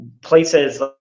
places